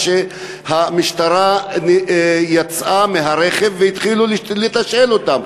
שהמשטרה יצאה מהרכב והתחילו לתשאל אותם,